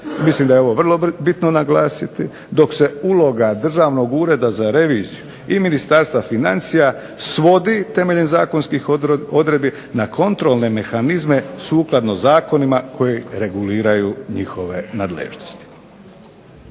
Mislim da je ovo vrlo bitno naglasiti dok se uloga Državnog ureda za reviziju i Ministarstva financija svodi temeljem zakonskih odredbi na kontrolne mehanizme sukladno zakonima koji reguliraju njihove nadležnosti.